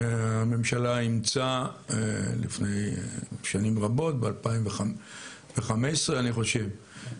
הממשלה אימצה לפני שנים רבות ב-2015 אני חושב,